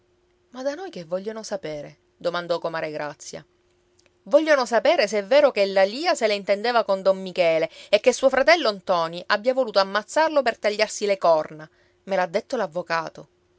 ma da noi che vogliono sapere domandò comare grazia vogliono sapere se è vero che la lia se la intendeva con don michele e che suo fratello ntoni abbia voluto ammazzarlo per tagliarsi le corna me l'ha detto